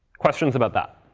questions about that?